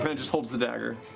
and just holds the dagger.